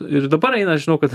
ir dabar eina žinau kad